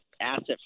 asset